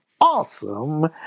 awesome